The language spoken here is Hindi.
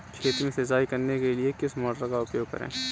खेत में सिंचाई करने के लिए किस मोटर का उपयोग करें?